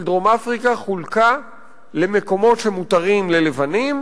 דרום-אפריקה חולקה למקומות שמותרים ללבנים,